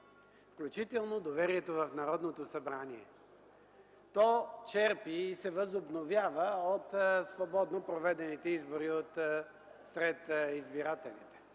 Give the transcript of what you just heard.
включително доверието в Народното събрание. То черпи и се възобновява от свободно проведените избори сред избирателите.